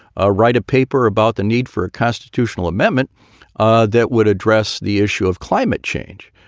ah write a paper about the need for a constitutional amendment ah that would address the issue of climate change,